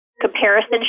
comparison